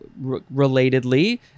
Relatedly